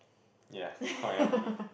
ya hot air balloon